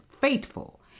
Faithful